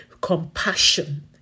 compassion